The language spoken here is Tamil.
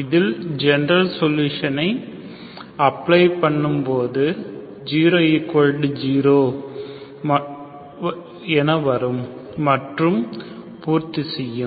இதில் ஜெனரல் சொலுஷனை அப்ளை பண்ணும்போது 00 என வரும் மற்றும் பூர்த்தி செய்யும்